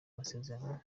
amasezerano